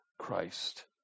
Christ